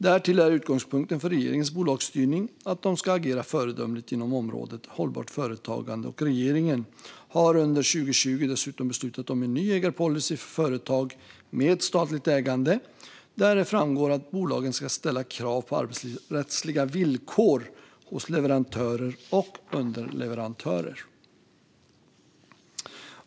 Därtill är utgångspunkten för regeringens bolagsstyrning att de ska agera föredömligt inom området hållbart företagande, och regeringen har under 2020 dessutom beslutat om en ny ägarpolicy för företag med statligt ägande där det framgår att bolagen ska ställa krav på arbetsrättsliga villkor hos leverantörer och underleverantörer.